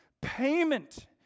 Payment